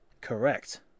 correct